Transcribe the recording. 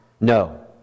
no